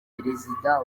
perezida